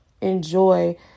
enjoy